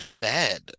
bad